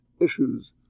issues